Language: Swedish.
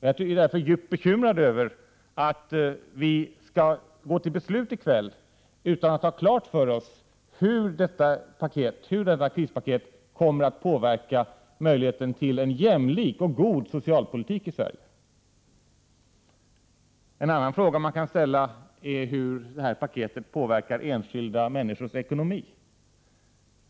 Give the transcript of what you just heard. Jag är därför djupt bekymrad över att vi skall gå till beslut i kväll utan att ha klart för oss hur detta krispaket kommer att påverka möjligheterna till en jämlik och god socialpolitik i Sverige. En annan fråga som man kan ställa är hur detta paket påverkar enskilda människors ekonomi.